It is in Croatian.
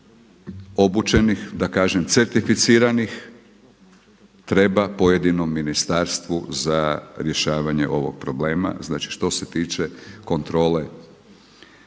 obučenih da kažem certificiranih treba pojedinom ministarstvu za rješavanje ovog problema, znači što se tiče kontrole